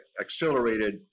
accelerated